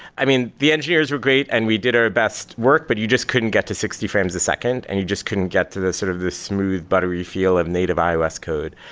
i mean, the engineers were great and we did our best work, but you just couldn't get to sixty frames a second and you just couldn't get to the sort of the smooth, buttery feel of native ios code.